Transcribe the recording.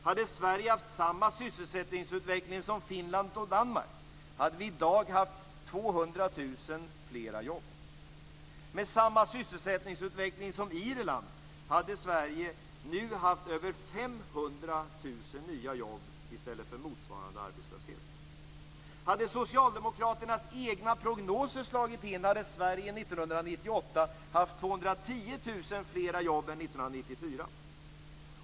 Om Sverige hade haft samma sysselsättningsutveckling som Finland och Danmark, hade vi i dag haft 200 000 fler jobb. Med samma sysselsättningsutveckling som Irland hade Sverige nu haft över 500 000 nya jobb i stället för motsvarande arbetslöshet. Om Socialdemokraternas egna prognoser slagit in hade Sverige 1998 haft 210 000 fler jobb än 1994.